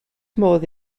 modd